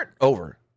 over